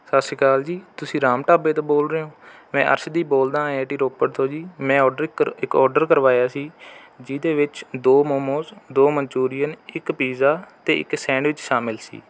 ਸਤਿ ਸ਼੍ਰੀ ਅਕਾਲ ਜੀ ਤੁਸੀਂ ਰਾਮ ਢਾਬੇ ਤੋਂ ਬੋਲ ਰਹੇ ਹੋ ਮੈਂ ਅਰਸ਼ਦੀਪ ਬੋਲਦਾ ਹਾਂ ਆਈ ਆਈ ਟੀ ਰੋਪੜ ਤੋਂ ਜੀ ਮੈਂ ਆਰਡਰ ਕਰ ਇੱਕ ਆਰਡਰ ਕਰਵਾਇਆ ਸੀ ਜਿਹਦੇ ਵਿੱਚ ਦੋ ਮੋਮੋਸ ਦੋ ਮਨਚੂਰੀਅਨ ਇੱਕ ਪੀਜ਼ਾ ਅਤੇ ਇੱਕ ਸੈਂਡਵਿਚ ਸ਼ਾਮਿਲ ਸੀ